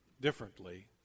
differently